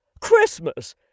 Christmas